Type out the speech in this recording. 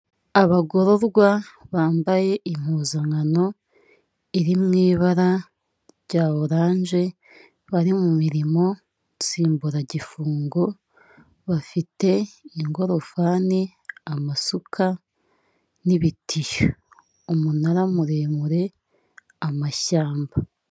Abagororwa bambaye impuzankano iri mu bara rya oranje bari mu mirimo nsimburagifungo, bafite ingorofani, amasuka n'ibitiyo, umunara muremure, amashyamba.